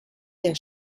der